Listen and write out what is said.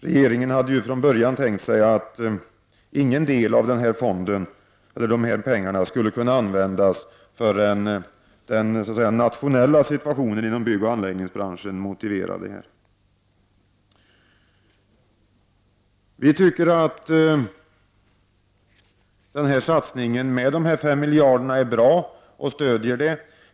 Regeringen hade från början tänkt sig att inte någon del av pengarna i fonden skulle kunna användas förrän den nationella situationen inom byggoch anläggningsbranschen motiverade detta. Vi i centern tycker att denna satsning med 5 miljarder kronor är bra, och vi stödjer den.